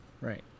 Right